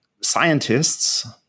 scientists